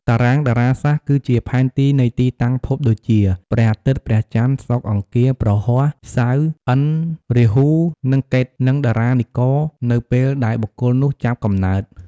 តារាងតារាសាស្ត្រគឺជាផែនទីនៃទីតាំងភពដូចជា ព្រះអាទិត្យ ព្រះច័ន្ទ សុក្រ អង្គារ ព្រហស្បតិ៍ សៅរ៍ ឥន្ទ្រ រាហ៊ូ និងកេតុ និងតារានិករ នៅពេលដែលបុគ្គលនោះចាប់កំណើត។